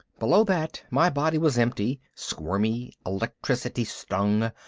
below that my body was empty, squirmy, electricity-stung,